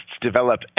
develop